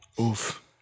Oof